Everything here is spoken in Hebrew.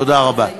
תודה רבה.